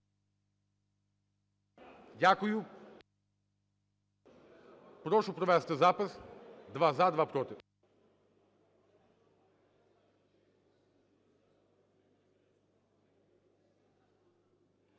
Дякую. Прошу провести запис: два – за, два – проти.